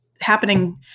happening